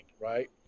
right